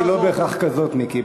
המציאות היא לא בהכרח כזאת, מיקי.